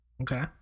okay